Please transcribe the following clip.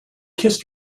kissed